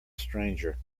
stranger